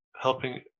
helping